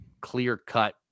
clear-cut